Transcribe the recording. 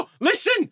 listen